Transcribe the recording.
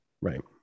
Right